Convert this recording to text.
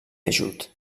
ajut